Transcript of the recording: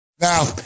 Now